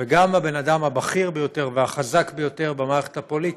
וגם הבן אדם הבכיר ביותר והחזק ביותר במערכת הפוליטית,